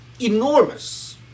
enormous